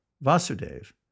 Vasudev